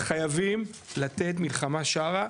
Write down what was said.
חייבים לתת מלחמה שרה,